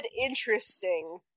interesting